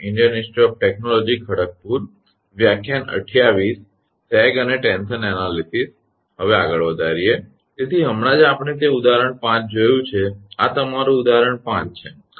તેથી હમણાં જ આપણે તે ઉદાહરણ 5 જોયું છે આ તમારું ઉદાહરણ 5 છે ખરુ ને